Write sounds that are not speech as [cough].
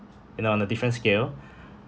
you know on a different scale [breath]